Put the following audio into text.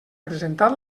presentat